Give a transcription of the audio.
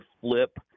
flip